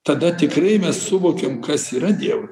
tada tikrai mes suvokiam kas yra dievas